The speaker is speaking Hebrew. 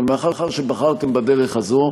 אבל מאחר שבחרתם בדרך הזו,